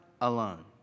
alone